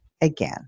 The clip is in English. again